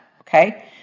okay